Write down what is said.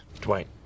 Dwight